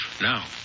now